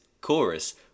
chorus